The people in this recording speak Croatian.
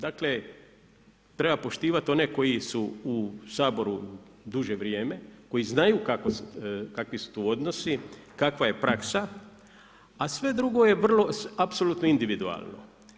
Dakle treba poštivati one koji su u Saboru duže vrijeme koji znaju kakvi su tu odnosi, kakva je praksa a sve drugo je vrlo apsolutno individualno.